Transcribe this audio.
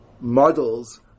models